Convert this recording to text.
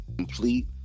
Complete